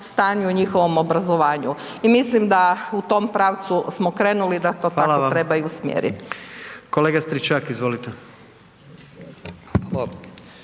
stanju i njihovom obrazovanju. I mislim da u tom pravcu smo krenuli da to tako treba i usmjerit.